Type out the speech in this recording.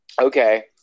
okay